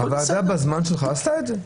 הוועדה בזמן שלך עשתה את זה.